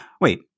Wait